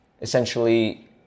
essentially